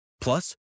Plus